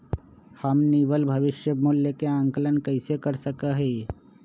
हम निवल भविष्य मूल्य के आंकलन कैसे कर सका ही?